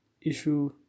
issue